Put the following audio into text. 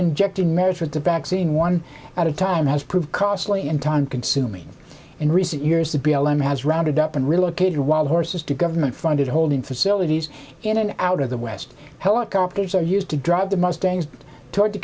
injecting merit with the back seeing one at a time has proved costly and time consuming in recent years the b l m has rounded up and relocated wild horses to government funded holding facilities in and out of the west helicopters are used to drive the mustangs toward the